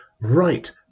right